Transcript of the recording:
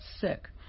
sick